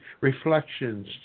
reflections